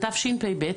תשפ"ב,